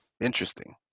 Interesting